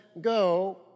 go